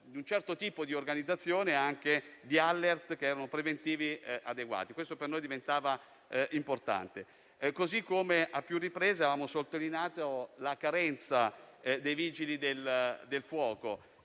di un certo tipo di organizzazione e anche di alert preventivi adeguati. Ciò per noi sarebbe stato importante. Così come a più riprese abbiamo sottolineato la carenza dei Vigili del fuoco,